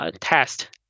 test